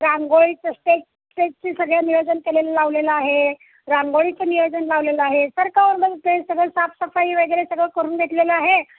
रांगोळीचं stage स्टेजचं सगळं नियोजन केलेलं लावलेलं आहे रांगोळीचं नियोजन लावलेलं आहे सरकवून ते सगळं साफसफाई वगैरे सगळं करून घेतलेलं आहे